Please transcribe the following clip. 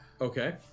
Okay